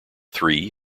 three